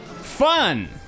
Fun